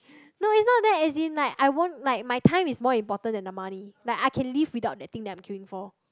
no it's not that as in like I won't like my time is more important than the money like I can live without that thing that I'm queuing for